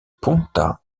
punta